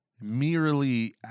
merely